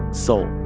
seoul.